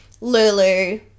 Lulu